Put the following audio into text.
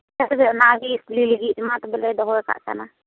ᱦᱮᱸ ᱛᱚᱵᱮ ᱚᱱᱟᱜᱤ ᱠᱩᱞᱤ ᱞᱟᱹᱜᱤᱫ ᱢᱟ ᱛᱚᱵᱮ ᱞᱮ ᱫᱚᱦᱚ ᱠᱟᱜ ᱠᱟᱱᱟ